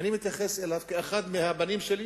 אני מתייחס אליו כאל אחד מהבנים שלי,